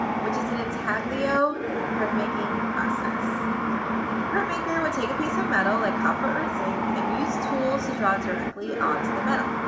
which is an intaglio printmaking process. the printmaker would take a piece of metal, like copper or zinc and use tools to draw directly onto the metal.